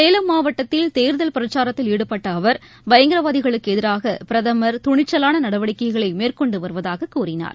சேலம் மாவட்டத்தில் தேர்தல் பிரச்சாரத்தில் ஈடுபட்டஅவர் பயங்கரவாதிகளுக்குஎதிராகபிரதமர் துணிச்சலானநடவடிக்கைகளைமேற்கொண்டுவருவதாகக் கூறினார்